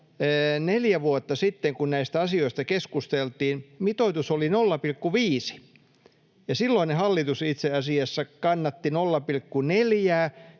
neljä vuotta sitten, kun näistä asioista keskusteltiin, mitoitus oli 0,5, ja silloinen hallitus itse asiassa kannatti 0,4:ää.